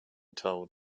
told